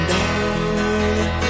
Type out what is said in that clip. Down